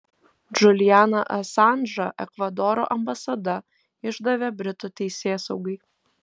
džulianą asanžą ekvadoro ambasada išdavė britų teisėsaugai